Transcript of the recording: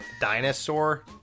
dinosaur